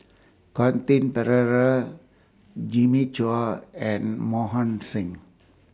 Quentin Pereira Jimmy Chua and Mohan Singh